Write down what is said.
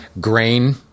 grain